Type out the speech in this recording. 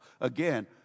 again